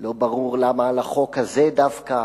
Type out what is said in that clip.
לא ברור למה על החוק הזה דווקא,